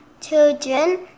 children